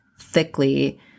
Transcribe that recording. thickly